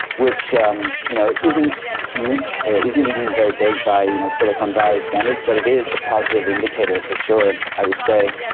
which um you know isn't huge, isn't even very big by you know silicon valley standards, but it is a positive indicator for sure, i would say.